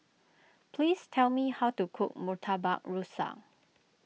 please tell me how to cook Murtabak Rusa